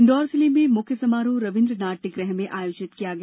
इंदौर जिले में मुख्य समारोह रवीन्द्र नाट्यगृह में आयोजित किया गया